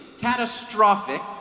catastrophic